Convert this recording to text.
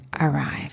arrive